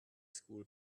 school